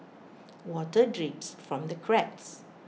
water drips from the cracks